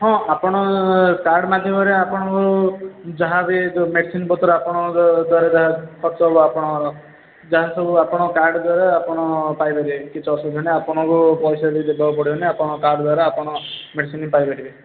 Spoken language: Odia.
ହଁ ଆପଣ କାର୍ଡ଼ ମାଧ୍ୟମରେ ଆପଣଙ୍କର ଯାହା ବି ଯେଉଁ ମେଡି଼ସିନ ପତ୍ର ଆପଣଙ୍କ ଦ୍ୱାରା ଯାହା ଖର୍ଚ୍ଚ ହବ ଆପଣ ଯାହା ସବୁ ଆପଣ କାର୍ଡ଼ ଦ୍ୱାରା ଆପଣ ପାଇପାରିବେ କିଛି ଅସୁବିଧା ନାହିଁ ଆପଣଙ୍କୁ ପଇସା ବି ଦେବାକୁ ପଡ଼ିବନି ଆପଣ କାର୍ଡ଼ ଦ୍ୱାରା ଆପଣ ମେଡ଼ିସିନ୍ ପାଇ ପାରିବେ